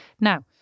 Now